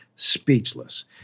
Speechless